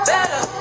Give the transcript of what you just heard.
Better